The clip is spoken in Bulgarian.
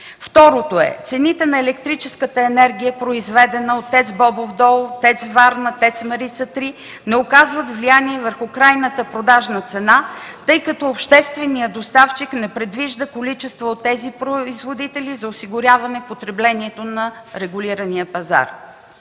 Изток 2”; - цените на електрическата енергия, произведена от ТЕЦ „Бобов дол”, ТЕЦ „Варна”, ТЕЦ „Марица 3” не оказват влияние върху крайната продажна цена, тъй като общественият доставчик не предвижда количества от тези производители за осигуряване потреблението на регулирания пазар.